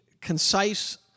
concise